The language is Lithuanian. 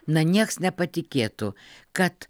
na nieks nepatikėtų kad